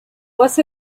was